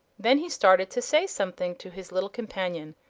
then he started to say something to his little companion,